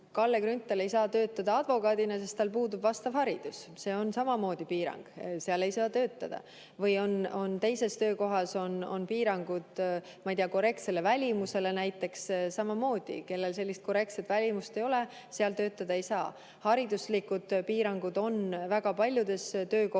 Kalle Grünthal ei saa töötada advokaadina, sest tal puudub vastav haridus. See on samamoodi piirang, seal ei saa töötada. Või on teises töökohas piirangud, ma ei tea, näiteks et välimus peab olema korrektne. Samamoodi, kellel sellist korrektset välimust ei ole, seal töötada ei saa. Hariduslikud piirangud on väga paljudes töökohtades